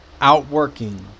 outworking